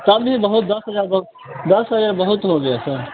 तब भी बहुत दस हज़ार बहुत दस हज़ार बहुत हो गया सर